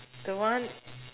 the one